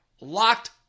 Locked